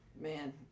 man